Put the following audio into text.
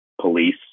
police